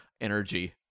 energy